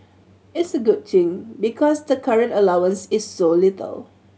it's a good thing because the current allowance is so little